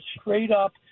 straight-up